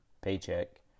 paycheck